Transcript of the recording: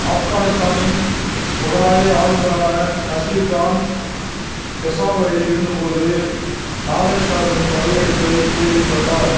ஆப்கானிஸ்தானின் முகலாய ஆளுநரான நசீர்கான் பெஷாவரில் இருந்தபோது நாடெர்ஷாவின் படையெடுப்பைக் கேள்விப்பட்டார்